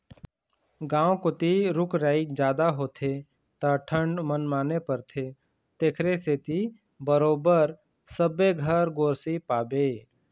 गाँव कोती रूख राई जादा होथे त ठंड मनमाने परथे तेखरे सेती बरोबर सबे घर गोरसी पाबे